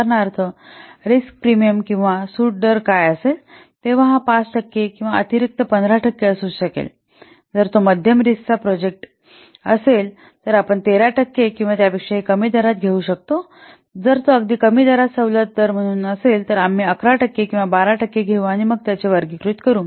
उदाहरणार्थ risk premium किंवा सूट दर काय असेल तेव्हा हा 5 टक्के अतिरिक्त 15 असू शकेल आणि जर तो मध्यम रिस्कचा प्रोजेक्ट असेल तर आपण 13 किंवा त्यापेक्षा कमी दरात काही घेऊ शकतो जर तो अगदी कमी दरात सवलत दर म्हणून असेल तर आम्ही 11 टक्के किंवा 12 टक्के घेऊ आणि मग आम्ही त्यांचे वर्गीकरण करू